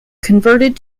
converted